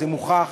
זה מוכח,